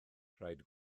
rhaid